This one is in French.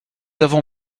avons